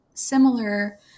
similar